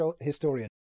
historian